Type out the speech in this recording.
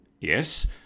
Yes